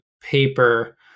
paper